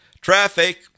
traffic